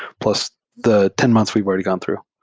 plus the ten months we've already gone through.